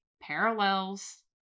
parallels